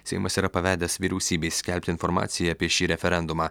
seimas yra pavedęs vyriausybei skelbti informaciją apie šį referendumą